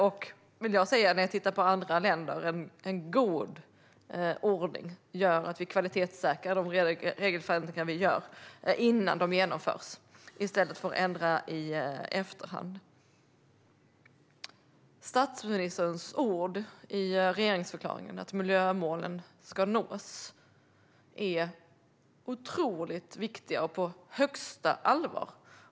Och i jämförelse med andra länder vill jag säga att det är en god ordning som gör att vi kvalitetssäkrar de regelförändringar vi gör innan de genomförs, i stället för att ändra i efterhand. Statsministerns ord i regeringsförklaringen om att miljömålen ska nås är otroligt viktiga och sas med största allvar.